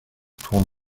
tourne